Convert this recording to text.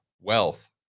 wealth